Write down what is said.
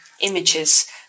images